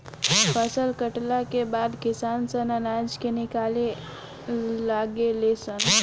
फसल कटला के बाद किसान सन अनाज के निकाले लागे ले सन